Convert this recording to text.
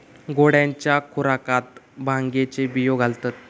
घोड्यांच्या खुराकात भांगेचे बियो घालतत